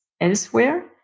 elsewhere